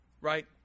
right